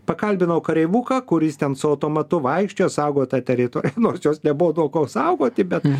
pakalbinau kareivuką kuris ten su automatu vaikščiojo saugojo tą teritoriją nors jos nebuvo nuo ko saugoti bet